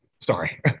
sorry